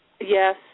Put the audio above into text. Yes